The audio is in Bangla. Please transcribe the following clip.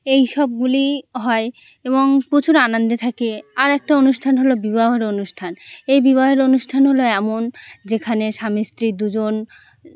এই সবগুলি হয় এবং প্রচুর আনন্দে থাকে আর একটা অনুষ্ঠান হলো বিবাহর অনুষ্ঠান এই বিবাহের অনুষ্ঠান হলো এমন যেখানে স্বামী স্ত্রী দুজন